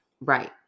Right